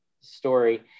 story